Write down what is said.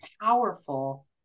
powerful